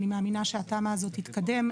אני מאמינה שהתמ"א הזו תתקדם.